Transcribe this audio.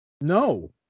No